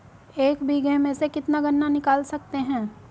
एक बीघे में से कितना गन्ना निकाल सकते हैं?